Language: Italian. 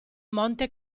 monte